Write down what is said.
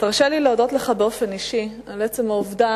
תרשה לי להודות לך באופן אישי על עצם העובדה